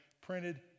printed